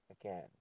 Again